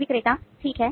विक्रेता ठीक है